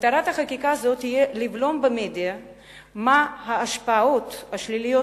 מטרת החקיקה הזו תהיה לבלום במדיה את ההשפעות השליליות